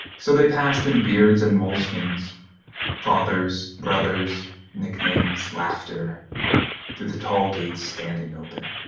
so they passed in beards and moleskins fathers brothers nicknames laughter through the tall gates standing open.